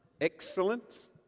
Excellent